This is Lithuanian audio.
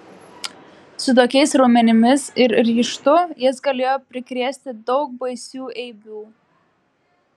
su tokiais raumenimis ir ryžtu jis galėjo prikrėsti daug baisių eibių